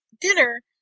dinner